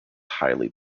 highly